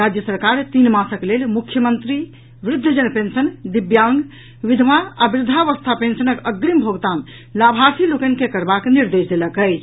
राज्य सरकार तीन मासक लेल मुख्यमंत्री वृद्धजन पेंशन दिव्यांग विधवा आ वृद्धावस्था पेंशनक अग्निम भोगतान लाभार्थी लोकनि के करबाक निर्देश देलक अछि